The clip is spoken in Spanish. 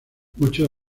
muchos